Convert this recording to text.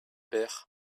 paire